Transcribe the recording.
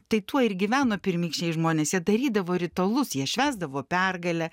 tai tuo ir gyveno pirmykščiai žmonės jie darydavo ritualus jie švęsdavo pergalę